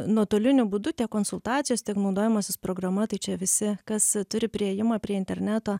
nuotoliniu būdu tiek konsultacijos tiek naudojimasis programa tai čia visi kas turi priėjimą prie interneto